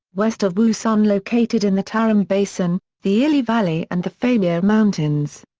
west of wu-sun located in the tarim basin, the ili valley and the pamir mountains.